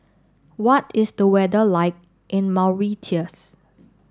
what is the weather like in Mauritius